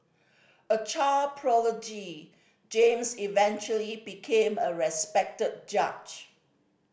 a child prodigy James eventually became a respected judge